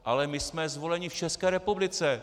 Ale my jsme zvoleni v České republice!